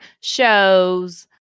shows